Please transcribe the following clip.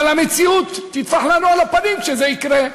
אבל המציאות תטפח לנו על הפנים כשזה יקרה,